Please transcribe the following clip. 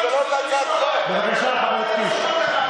בבקשה, חבר הכנסת קיש.